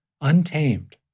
untamed